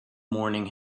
morning